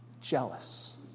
jealous